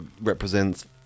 represents